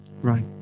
right